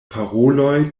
paroloj